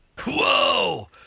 Whoa